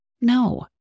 No